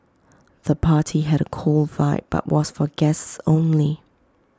the party had A cool vibe but was for guests only